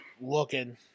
looking